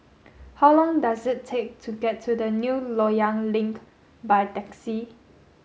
how long does it take to get to the New Loyang Link by taxi